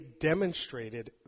demonstrated